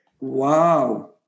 Wow